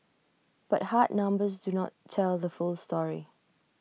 but hard numbers do not tell the full story